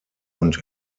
und